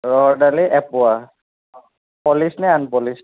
ৰহৰ দালি এপোৱা পলিছ নে আনপলিছ